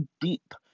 deep